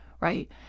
right